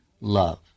love